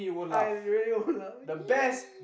I really won't laught